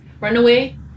Runaway